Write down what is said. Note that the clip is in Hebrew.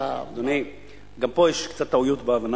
אדוני, גם פה יש קצת טעויות בהבנה.